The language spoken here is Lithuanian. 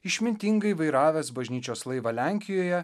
išmintingai vairavęs bažnyčios laivą lenkijoje